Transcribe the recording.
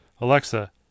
Alexa